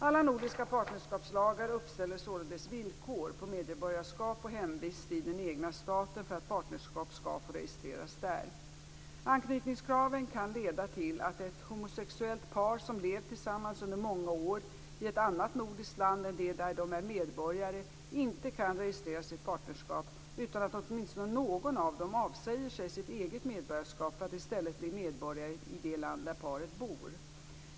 Alla nordiska partnerskapslagar uppställer således villkor på medborgarskap och hemvist i den egna staten för att partnerskap skall få registreras där. Anknytningskraven kan leda till att ett homosexuellt par som levt tillsammans under många år i ett annat nordiskt land än det där de är medborgare inte kan registrera sitt partnerskap utan att åtminstone någon av dem avsäger sig sitt eget medborgarskap för att i stället bli medborgare i det land där paret bor.